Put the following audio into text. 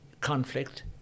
conflict